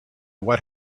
what